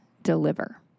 deliver